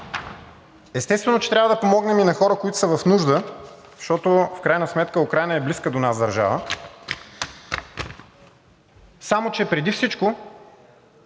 Естествено е, че трябва да помогнем и на хора, които са в нужда, защото в крайна сметка Украйна е близка до нас държава, само че преди всичко